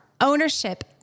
Ownership